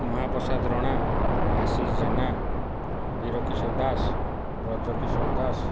Mahaprasad Rana Ashish Jena Birakishore Das Brajakishore Das